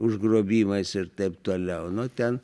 užgrobimais ir taip toliau nu ten